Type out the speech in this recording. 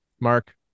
Mark